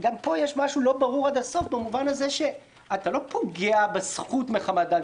יש פה משהו לא ברור עד הסוף במובן הזה שלא פוגעים בזכות מחמת דת,